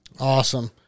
Awesome